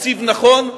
תקציב נכון,